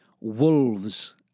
Wolves